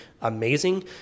amazing